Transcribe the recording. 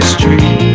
Street